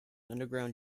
underground